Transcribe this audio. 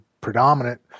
predominant